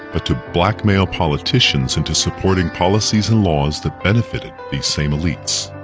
but to blackmail politicians into supporting policies and laws that benefited these same elites.